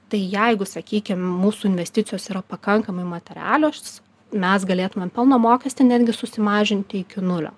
tai jeigu sakykim mūsų investicijos yra pakankamai materialios mes galėtumėm pelno mokestį netgi susimažinti iki nulio